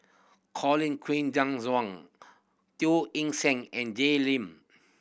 Colin Queen Zhe Teo Eng Seng and Jay Lim